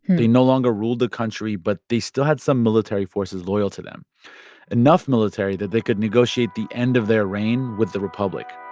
they no longer ruled the country, but they still had some military forces loyal to them enough military that they could negotiate the end of their reign with the republic.